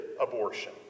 abortion